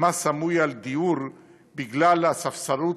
מס סמוי על דיור בגלל הספסרות